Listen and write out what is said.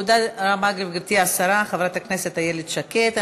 תודה רבה, גברתי השרה חברת הכנסת איילת שקד.